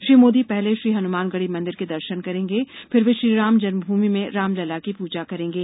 श्री मोदी पहले श्रीहनुमानगढी मंदिर के दर्शन करेंगे फिर वे श्रीराम जन्मभूमि में रामलला की पूजा करेंगे